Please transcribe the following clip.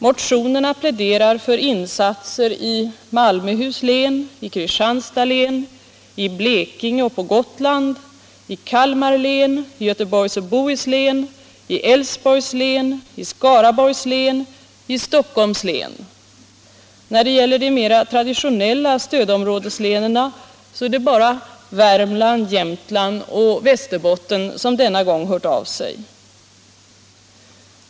Motionerna pläderar för insatser i Malmöhus län, i Kristianstads län, i Blekinge och på Gotland, i Kalmar län, i Göteborgs och Bohus län, i Älvsborgs län, i Skaraborgs län, i Stockholms län. När det gäller de mera traditionella stödområdeslänen är det bara Värmland, Jämtland och Västerbotten som denna gång låtit höra av sig.